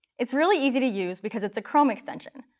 it's really easy to use, because it's a chrome extension,